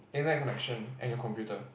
internet connection and your computer